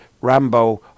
Rambo